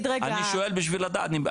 שואל בשביל לדעת,